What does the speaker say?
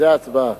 זו ההצבעה.